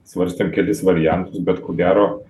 svarstėm kelis variantus bet ko gero